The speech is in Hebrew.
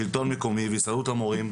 השלטון המקומי והסתדרות המורים,